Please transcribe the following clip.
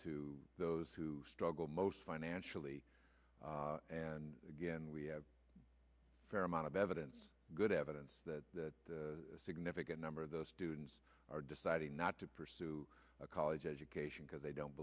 to those who struggle most financially and again we have a fair amount of evidence good evidence that a significant number of those students are deciding not to pursue a college education because they don't